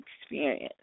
experience